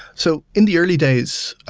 so in the early days,